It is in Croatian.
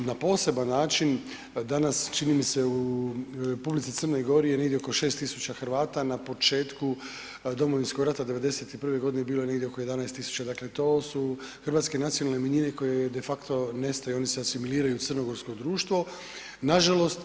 Na poseban način dana čini mi se u Republici Crnoj Gori je negdje oko 6.000 Hrvata, na početku Domovinskog rata '91. godine bilo je negdje oko 11.000 dakle to su hrvatske nacionalne manjine koje de facto nestaju oni se asimiliraju u crnogorsko društvo nažalost.